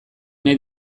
nahi